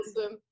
awesome